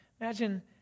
Imagine